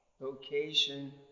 vocation